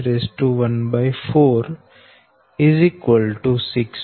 03 X 614 6